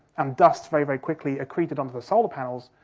um dust very very quickly accreted onto the solar panels,